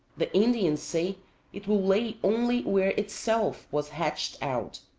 the indians say it will lay only where itself was hatched out.